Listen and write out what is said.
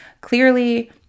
Clearly